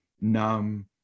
numb